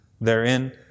therein